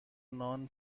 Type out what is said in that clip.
نان